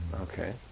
Okay